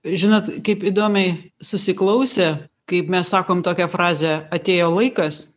žinot kaip įdomiai susiklausė kaip mes sakom tokią frazę atėjo laikas